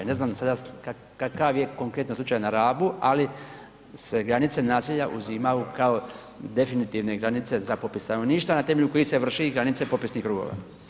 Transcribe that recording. Ne znam sada kakav je konkretno slučaj na Rabu, ali se granice naselja uzimaju kao definitivne granice za popis stanovništva na temelju kojih se vrši i granice popisnih krugova.